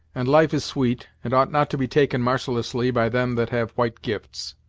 and life is sweet, and ought not to be taken marcilessly by them that have white gifts.